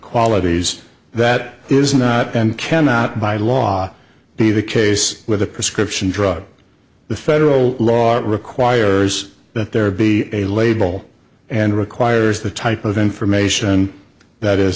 qualities that is not and cannot by law be the case with a prescription drug the federal law requires that there be a label and requires the type of information that is